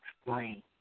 explain